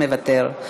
מוותר,